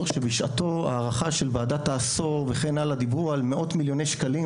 שבשעתו ההערכה של ועדת העשור וכן הלאה דיברו על מאות מיליוני שקלים